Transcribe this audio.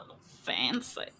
fancy